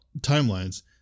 timelines